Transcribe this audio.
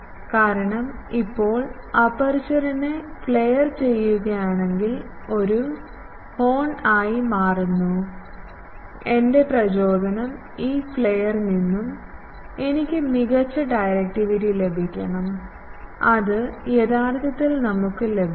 കാരണം ഇപ്പോൾ അപ്പേർച്ചറിനെ ഫ്ലെർ ചെയ്യുകയാണെങ്കിൽ ഒരു ഹോൺ ആയി മാറുന്ന എൻറെ പ്രചോദനം ഈ ഫ്ലെർ നിന്നും എനിക്ക് മികച്ച ഡയറക്റ്റിവിറ്റി ലഭിക്കണം അത് യഥാർത്ഥത്തിൽ നമുക്ക് ലഭിക്കും